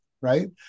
right